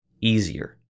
easier